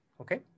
Okay